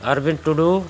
Arbin Tudu